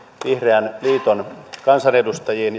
vihreän liiton kansanedustajiin